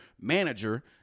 manager